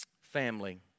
Family